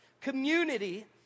Community